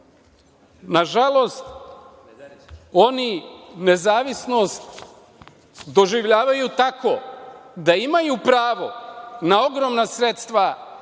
Srbije. Nažalost, oni nezavisnost doživljavaju tako da imaju pravo na ogromna sredstva